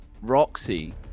Roxy